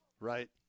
Right